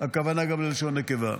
הכוונה גם ללשון נקבה.